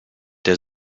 der